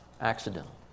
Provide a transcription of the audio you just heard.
accidental